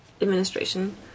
administration